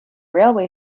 railway